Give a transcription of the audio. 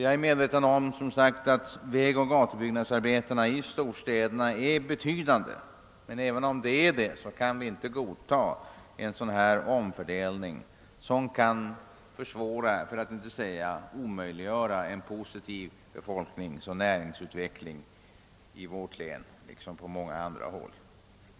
Jag är som sagt medveten om att vägoch gatubyggnadsarbetena i storstäderna är betydande, men även om så är fallet kan vi inte godta en omfördelning som försvårar, för att inte säga omöjliggör, en positiv befolkningsoch näringsutveckling i vårt län.